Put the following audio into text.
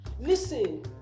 Listen